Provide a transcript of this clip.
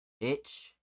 Bitch